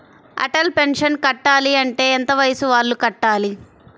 Atal pension కట్టాలి అంటే ఎంత వయసు వాళ్ళు కట్టాలి?